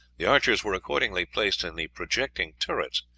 the archers were accordingly placed in the projecting turrets,